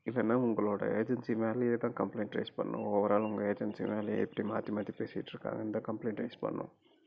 இல்லைனா உங்களோடய ஏஜென்சி மேலயே தான் கம்ப்ளைண்ட் ரைஸ் பண்ணணும் ஓவரால் உங்கள் ஏஜென்சி மேலேயே இப்படி மாற்றி மாற்றி பேசிட்ருக்காங்கன்னு தான் கம்ப்ளைண்ட் ரைஸ் பண்ணணும்